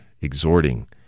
exhorting